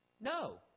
No